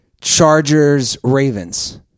Chargers-Ravens